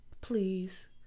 please